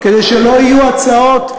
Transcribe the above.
כדי שלא יהיו הצעות,